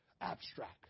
abstract